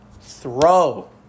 throw